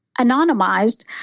anonymized